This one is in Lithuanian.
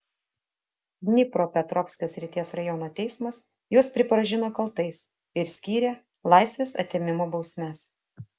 dnipropetrovsko srities rajono teismas juos pripažino kaltais ir skyrė laisvės atėmimo bausmes